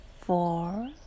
four